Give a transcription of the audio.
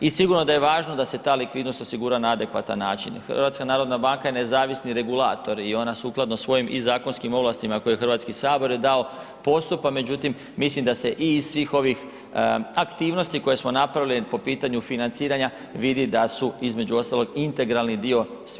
I sigurno da je važno da se ta likvidnost osigura na adekvatan način jer HNB je nezavisni regulator i ona sukladno svojim i zakonskim ovlastima koji je Hrvatski sabor je dao, postupa, međutim, mislim da se i iz svih ovih aktivnosti koje smo napravili po pitanju financiranja vidi da su, između ostalog integralni dio svih tih naših napora.